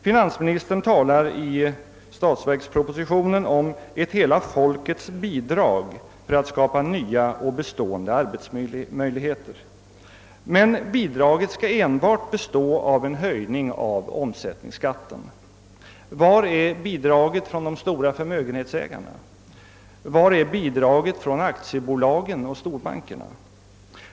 Finansministern talar i statsverkspropositionen om »ett hela folkets bidrag för att skapa nya och bestående arbetsmöjligheter», men bidraget skall enbart bestå av en höjning av omsättningsskatten. Var är bidraget från de stora förmögenhetsägarna? Var är bidraget från aktiebolagen och storbankerna?